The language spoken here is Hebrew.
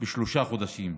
בשלושה חודשים,